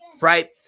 right